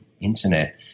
Internet